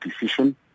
decision